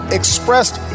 expressed